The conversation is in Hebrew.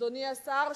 אדוני השר,